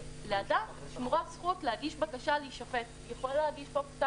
זה אומר שלאדם שמורה הזכות להגיש בקשה להישפט.